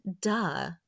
duh